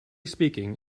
speaking